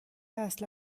اصلا